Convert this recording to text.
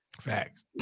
Facts